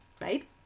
right